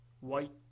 white